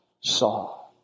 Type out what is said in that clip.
saw